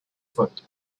foot